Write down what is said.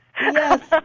Yes